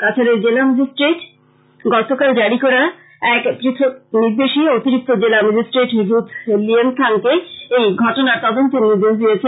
কাছাড়ের জেলা ম্যাজিস্ট্রেট গতকাল জারী করা এক পৃথক নির্দেশে অতিরিক্ত জেলা ম্যাজিস্ট্রেট রুথ লিয়েনথাংকে এই ঘটনার তদন্তের নির্দেশ দিয়েছেন